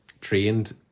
trained